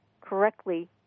correctly